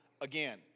again